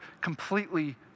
completely